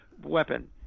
weapon